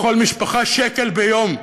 לכל משפחה, שקל ביום,